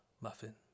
Muffin